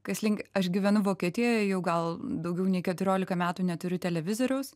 kas link aš gyvenu vokietijoj jau gal daugiau nei keturiolika metų neturiu televizoriaus